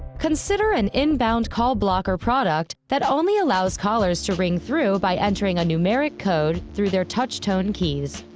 consider an inbound call blocker product that only allows callers to ring through by entering a numeric code through their touch-tone keys.